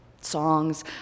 Songs